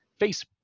Facebook